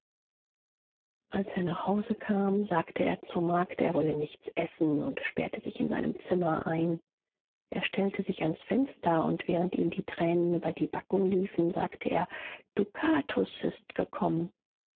als er nach hause kam sagte er zur magd er wolle nichts essen und sperrte sich in seinem zimmer ein er stellte sich ans fenster und während ihm die tränen über die backen liefen sagte er dukatus ist gekommen